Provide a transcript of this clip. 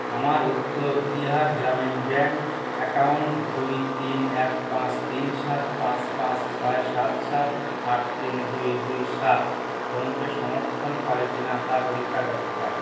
আমার Uttar Bihar Gramin bank account দুই তিন এক পাঁচ তিন সাত পাঁচ পাঁচ ছয় সাত সাত আট তিন দুই দুই সাত ফোনপে সমর্থন করে কিনা তা পরীক্ষা করতে পারো